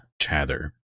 chatter